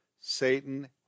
Satan